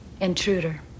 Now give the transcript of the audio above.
intruder